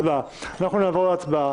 אנחנו נעבור להצבעה.